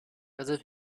because